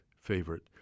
favorite